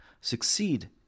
succeed